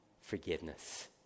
forgiveness